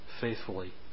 faithfully